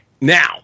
now